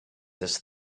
this